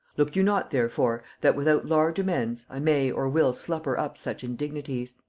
look you not therefore that without large amends, i may or will slupper up such indignities.